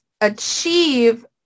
achieve